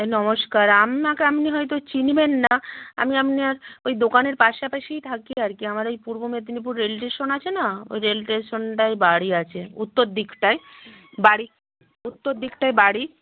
নমস্কার আপনাকে আপনি হয়তো চিনবেন না আমি আপনার ওই দোকানের পাশাপাশিই থাকি আর কি আমার ওই পূর্ব মেদিনীপুর রেল স্টেশন আছে না ওই রেল স্টেশনটায় বাড়ি আছে উত্তর দিকটায় বাড়ি উত্তর দিকটায় বাড়ি